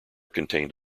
contained